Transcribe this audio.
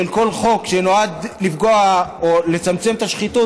של כל חוק שנועד לפגוע או לצמצם את השחיתות,